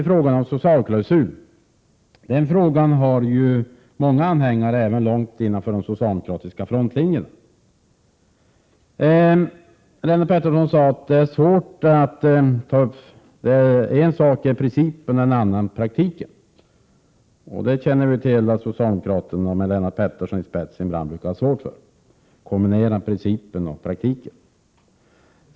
Frågan om en socialklausul har många anhängare, även långt innanför de socialdemokratiska frontlinjerna. Lennart Pettersson sade att en sak är principen, en annan praktiken. Vi känner till att socialdemokraterna, med Lennart Pettersson i spetsen, brukar ha svårt för att kombinera principen och praktiken.